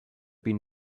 been